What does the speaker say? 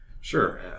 Sure